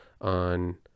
on